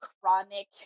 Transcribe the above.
chronic